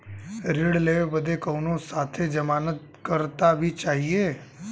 ऋण लेवे बदे कउनो साथे जमानत करता भी चहिए?